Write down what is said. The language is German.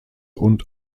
und